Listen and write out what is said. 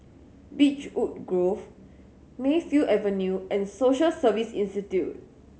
Beechwood Grove Mayfield Avenue and Social Service Institute